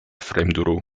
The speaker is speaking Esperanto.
fremdulo